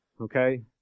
okay